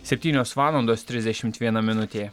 septynios valandos trisdešimt viena minutė